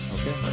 Okay